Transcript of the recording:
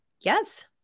Yes